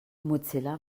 mozilla